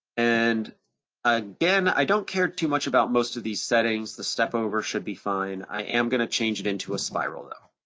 and again, i don't care too much about most of these settings, the step over should be fine. i am gonna change it into a spiral though.